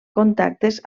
contactes